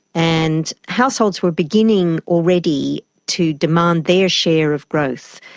and households were beginning already to demand their share of growth.